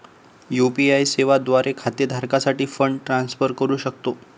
UPI सेवा द्वारे खाते धारकासाठी फंड ट्रान्सफर करू शकतो